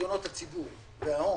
פיקדונות הציבור וההון,